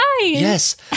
Yes